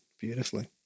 beautifully